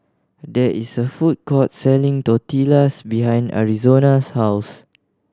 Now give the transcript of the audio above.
there is a food court selling Tortillas behind Arizona's house